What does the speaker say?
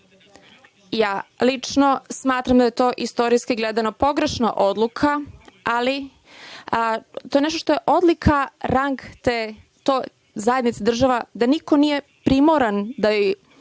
Lično smatram da je to, istorijski gledano, pogrešna odluka, ali to je nešto što je odlika zajednica država, da niko nije primoran da joj